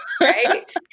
Right